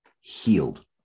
healed